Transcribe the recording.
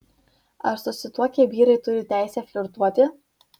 ar susituokę vyrai turi teisę flirtuoti